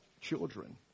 children